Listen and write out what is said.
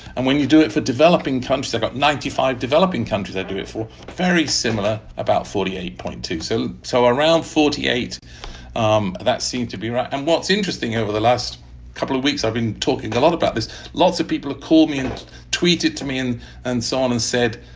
and when you do it for developing countries i've got ninety five developing countries i do it for very similar about forty eight point two so so around forty eight um that seemed to be right. and what's interesting over the last couple of weeks i've been talking a lot about this lots of people have called me and tweeted to me and and so on and said,